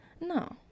No